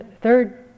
third